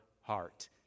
heart